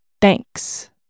Thanks